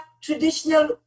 traditional